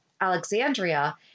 Alexandria